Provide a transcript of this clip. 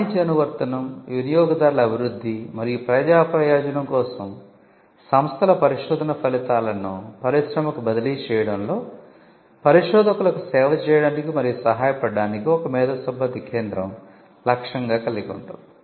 వాణిజ్య అనువర్తనం వినియోగదారుల అభివృద్ధి మరియు ప్రజా ప్రయోజనం కోసం సంస్థల పరిశోధన ఫలితాలను పరిశ్రమకు బదిలీ చేయడంలో పరిశోధకులకు సేవ చేయడానికి మరియు సహాయపడటానికి ఒక మేధోసంపత్తి కేంద్రం లక్ష్యంగా కలిగి ఉంటుంది